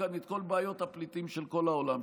כאן את כל בעיות הפליטים של כל העולם.